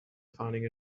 finding